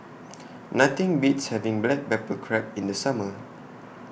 Nothing Beats having Black Pepper Crab in The Summer